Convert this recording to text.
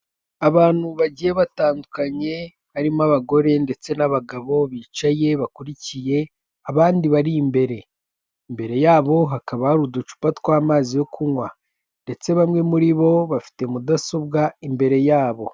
Abantu bagiye batandukanye harimo abagore ndetse n'abagabo bicaye bakurikiye abandi bari imbere, imbere yabo hakaba hari uducupa tw'amazi yo kunywa ndetse bamwe muri bo bafite mudasobwa imbere yabo.